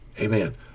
amen